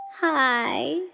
hi